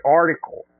article